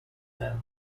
them